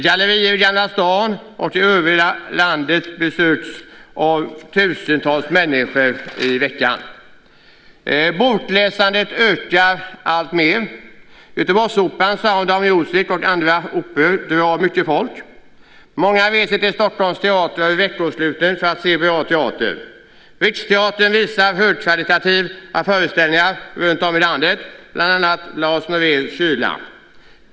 Gallerier i Gamla stan liksom i landet i övrigt besöks i veckan av tusentals människor. Bokläsandet ökar alltmer. The Sound of Music på Göteborgsoperan och olika operaföreställningar drar mycket folk. Många reser till Stockholms teatrar under veckosluten för att se bra teater. Riksteatern ger högkvalitativa föreställningar runtom i landet, bland annat av Lars Noréns Kyla .